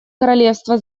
королевства